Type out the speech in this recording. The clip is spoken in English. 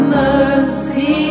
mercy